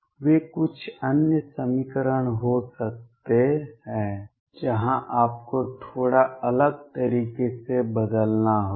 वे कुछ अन्य समीकरण हो सकते हैं जहां आपको थोड़ा अलग तरीके से बदलना होगा